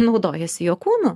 naudojasi jo kūnu